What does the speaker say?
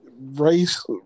race